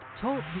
Talk